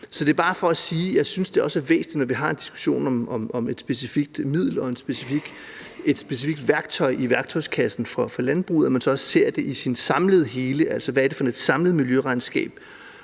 jeg synes, det er væsentligt, når vi har en diskussion om et specifikt middel og et specifikt værktøj i værktøjskassen for landbruget, at man ser det som et samlet hele, altså hvad det er for et samlet miljøregnskab,